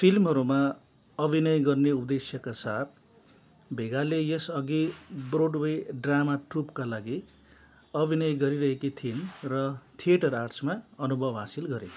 फिल्महरूमा अभिनय गर्ने उद्देश्यका साथ भेगाले यस अघि ब्रोडवे ड्रामा ट्रूपका लागि अभिनय गरिरहेकी थिइन् र थिएटर आर्ट्समा अनुभव हासिल गरिन्